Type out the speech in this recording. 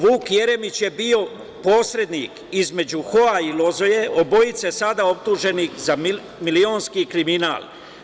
Vuk Jeremić je bio posrednik između Hoa i Lozoje, obojice sada optuženih za milionski kriminal.